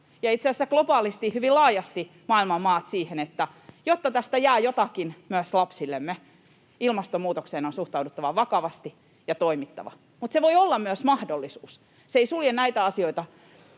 ja itse asiassa globaalisti hyvin laajasti maailman maat — siihen, että jotta tästä jää jotakin myös lapsillemme, ilmastonmuutokseen on suhtauduttava vakavasti ja toimittava. Mutta se voi olla myös mahdollisuus, se ei sulje näitä asioita